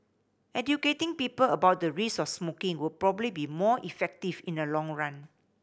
educating people about the risks of smoking would probably be more effective in the long run